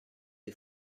des